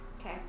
Okay